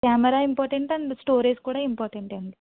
camera important and storage కూడా important అండి